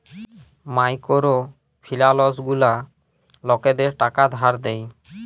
micro ফিলালস গুলা লকদের টাকা ধার দেয়